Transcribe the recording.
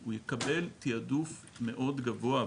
הוא יקבל תעדוף מאוד גבוהה,